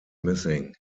missing